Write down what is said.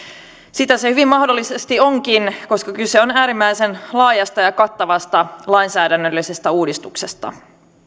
sitä se hyvin mahdollisesti onkin koska kyse on äärimmäisen laajasta ja kattavasta lainsäädännöllisestä uudistuksesta